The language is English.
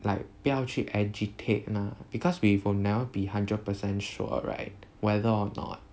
like 不要去 agitate lah because we will never be hundred percent sure right whether or not